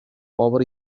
over